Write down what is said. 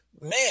man